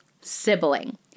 sibling